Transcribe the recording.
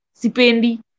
sipendi